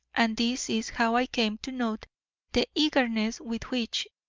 and this is how i came to note the eagerness with which,